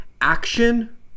action